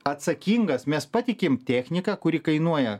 atsakingas mes patikim techniką kuri kainuoja